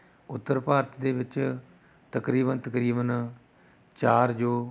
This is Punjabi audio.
ਉੱਤਰ ਭਾਰਤ ਦੇ ਵਿੱਚ ਤਕਰੀਬਨ ਤਕਰੀਬਨ ਚਾਰ ਜੋ